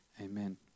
amen